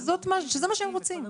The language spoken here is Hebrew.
שזה מה שהם רוצים.